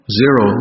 zero